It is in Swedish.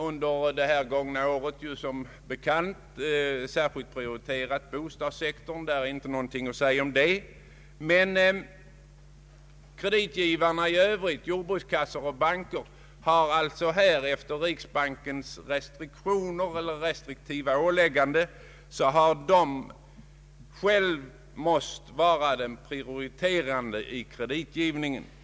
Under det gångna året har som bekant bostadssektorn särskilt prioriterats, och det är ingenting att säga om det, men kreditgivarna i övrigt, jordbrukskassor och banker, har efter riksbankens restriktiva åläggande själva måst vara de prioriterande vid kreditgivningen.